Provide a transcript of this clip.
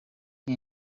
him